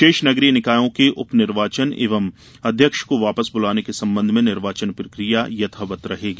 शेष नगरीय निकायों के उप निर्वाचन एवं अध्यक्ष को वापस बुलाने के संबंध में निर्वाचन प्रक्रिया यथावत रहेगी